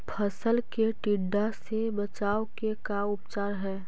फ़सल के टिड्डा से बचाव के का उपचार है?